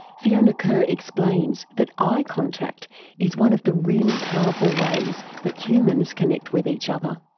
fiona kerr explains that eye contact is one of the really powerful ways that humans connect with each other.